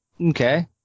Okay